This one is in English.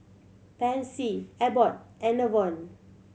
Pansy Abbott and Enervon